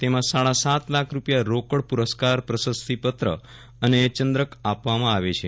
તેમાં સાડા સાત લાખ રૂપિયા રોકડ પુરસ્કાર પ્રશસ્તિપત્ર અને ચંદ્રક આપવામાં આવે છે